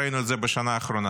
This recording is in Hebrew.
ראינו את זה בשנה האחרונה.